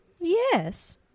Yes